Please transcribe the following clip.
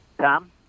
Tom